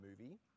movie